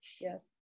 Yes